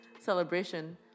celebration